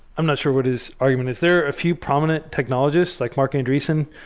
i'm not sure what his argument is. there are a few prominent technologists, like mark endresen,